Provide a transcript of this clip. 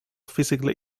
physically